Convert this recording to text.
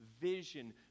vision